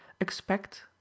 expect